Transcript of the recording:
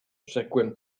rzekłem